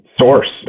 source